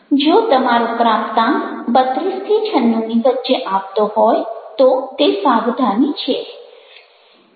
જો તમારો પ્રાપ્તાંક 32 96 ની વચ્ચે આવતો હોય તો તે સાવધાની છે